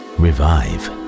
revive